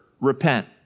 repent